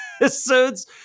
episodes